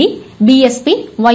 D BSP Y